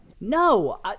No